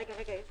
רגע, רגע.